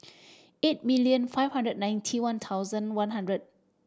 eight million five hundred ninety one thousand one hundred